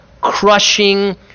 crushing